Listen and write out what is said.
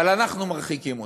אבל אנחנו מרחיקים אותם,